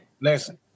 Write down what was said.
listen